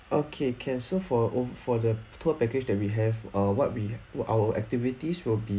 okay can so for ov~ for the tour package that we have err what we wha~ our activities will be